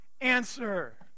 answer